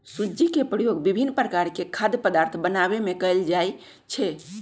सूज्ज़ी के प्रयोग विभिन्न प्रकार के खाद्य पदार्थ बनाबे में कयल जाइ छै